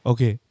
Okay